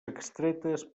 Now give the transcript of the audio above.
extretes